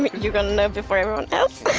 you're going to know before everyone else.